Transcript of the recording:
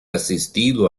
asistido